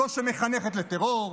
זו שמחנכת לטרור,